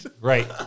Right